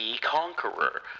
Conqueror